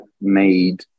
made